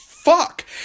fuck